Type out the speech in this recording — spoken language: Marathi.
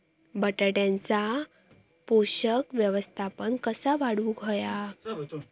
बटाट्याचा पोषक व्यवस्थापन कसा वाढवुक होया?